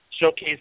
Showcase